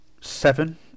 Seven